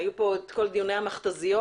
היו פה כל הדיונים של המחזיות,